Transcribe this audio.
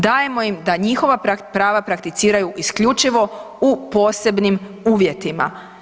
Dajemo im da njihova prava prakticiraju isključivo u posebnim uvjetima.